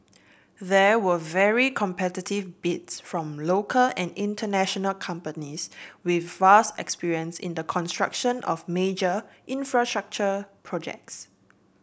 there were very competitive bids from local and international companies with vast experience in the construction of major infrastructure projects